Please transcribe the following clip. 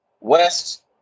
west